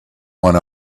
one